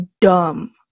dumb